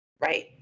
Right